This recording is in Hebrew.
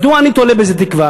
מדוע אני תולה בזה תקווה?